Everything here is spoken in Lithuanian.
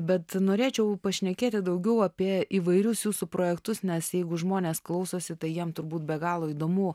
bet norėčiau pašnekėti daugiau apie įvairius jūsų projektus nes jeigu žmonės klausosi tai jiem turbūt be galo įdomu